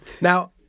Now